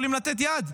יכולים לתת יד.